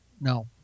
No